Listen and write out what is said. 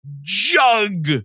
jug